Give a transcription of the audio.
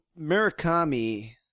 Mirakami